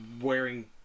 wearing